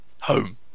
home